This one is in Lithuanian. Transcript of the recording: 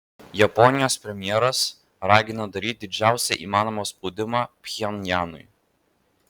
japonijos premjeras ragina daryti didžiausią įmanomą spaudimą pchenjanui